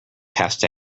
passed